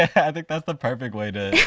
i think that's the perfect way to